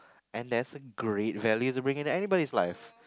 and that's a great value to bring to anybody's life